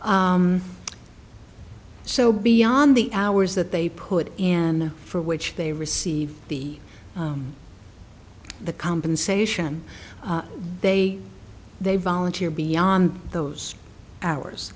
so beyond the hours that they put in for which they receive the the compensation they they volunteer beyond those hours